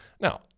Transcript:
Now